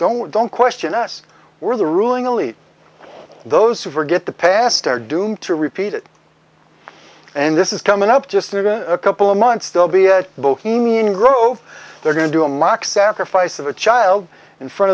don't don't question us we're the ruling elite those who forget the past are doomed to repeat it and this is coming up just in a couple of months they'll be at bohemian grove they're going to do a mock sacrifice of a child in front